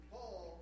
Paul